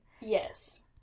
Yes